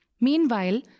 Meanwhile